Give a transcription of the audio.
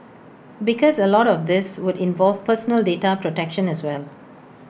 because A lot of this would involve personal data protection as well